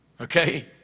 Okay